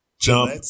jump